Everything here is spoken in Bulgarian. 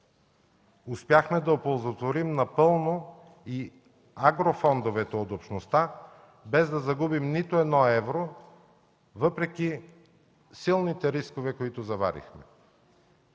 Успяхме да оползотворим напълно и агрофондовете от общността, без да загубим нито едно евро въпреки силните рискове, които заварихме.